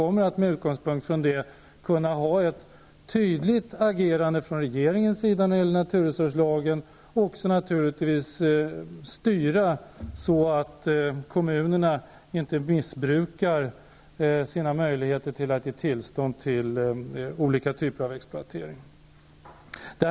Med utgångspunkt från detta kommer regeringen att kunna agera tydligt när det gäller naturresurslagen och styra så att kommunerna inte missbrukar sina möjligheter att ge tillstånd till olika typer av exploatering. Herr talman!